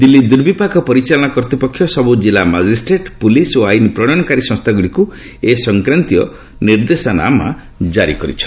ଦିଲ୍ଲୀ ଦୁର୍ବିପାକ ପରିଚାଳନା କର୍ତ୍ତୃପକ୍ଷ ସବୁ ଜିଲ୍ଲା ମାଜିଷ୍ଟ୍ରେଟ୍ ପୁଲିସ୍ ଓ ଆଇନ୍ ପ୍ରଶୟନକାରୀ ସଂସ୍ଥାଗୁଡ଼ିକୁ ଏ ସଂକ୍ରାନ୍ତୀୟ ନିର୍ଦ୍ଦେଶନାମା ଜାରି କରିଛନ୍ତି